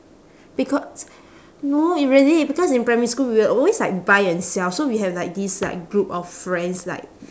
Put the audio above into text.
because no it really because in primary school we will always like buy and sell so we have like this like group of friends like